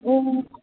ꯑꯣ